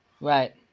Right